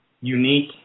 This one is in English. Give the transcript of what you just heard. unique